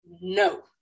No